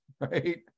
right